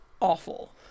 awful